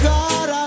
God